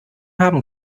haben